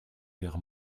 vers